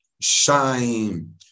shine